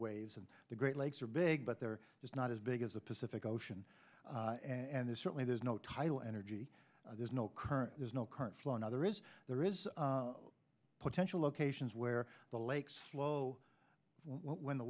waves and the great lakes are big but they're just not as big as the pacific ocean and there's certainly there's no tile energy there's no current there's no current flow another is there is potential locations where the lakes flow when the